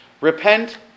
Repent